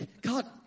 God